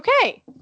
okay